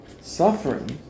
suffering